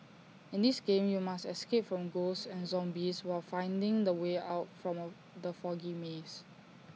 in this game you must escape from ghosts and zombies while finding the way out from the foggy maze